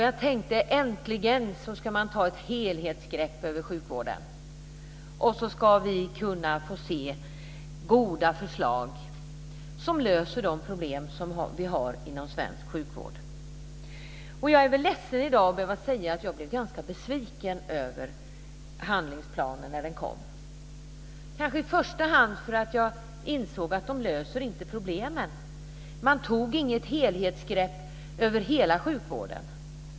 Jag tänkte: Äntligen ska man ta ett helhetsgrepp över sjukvården, och vi ska få se goda förslag som löser de problem som vi har inom svensk sjukvård. Jag är i dag ledsen att behöva säga att jag blev ganska besviken över handlingsplanen när den kom. Det berodde kanske i första hand på att jag insåg att man inte löser problem. Man tar inget helhetsgrepp över hela sjukvården.